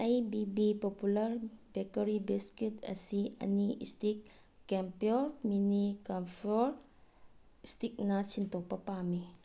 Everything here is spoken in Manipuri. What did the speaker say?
ꯑꯩ B B popular bakery biscuit ꯑꯁꯤ ꯑꯅꯤ ꯏꯁꯇꯤꯛ ꯀꯦꯝꯄꯣꯔ ꯃꯤꯅꯤ ꯀꯝꯐꯣꯔꯠ ꯏꯁꯇꯤꯛꯅ ꯁꯤꯟꯗꯣꯛꯄ ꯄꯥꯝꯃꯤ